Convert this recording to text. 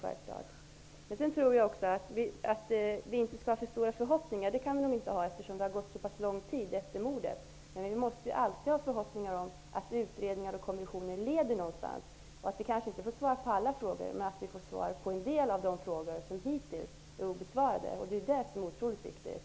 Jag tror inte att vi kan ha för stora förhoppningar, eftersom det har gått så pass lång tid efter mordet. Men vi måste alltid ha förhoppningar om att utredningar och kommissioner leder någonstans. Vi kanske inte får svar på alla frågor, men möjligen på en del av de frågor som är obesvarade. Det är det som är så otroligt viktigt.